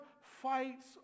fights